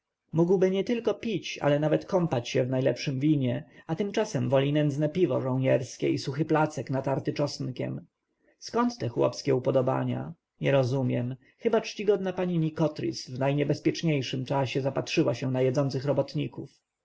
mógłby nietylko pić ale nawet kąpać się w najlepszem winie a tymczasem woli nędzne piwo żołnierskie i suchy placek natarty czosnkiem skąd te chłopskie upodobania nie rozumiem chyba czcigodna pani nikotris w najniebezpieczniejszym czasie zapatrzyła się na jedzących robotników